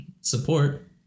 support